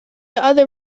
other